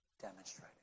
demonstrating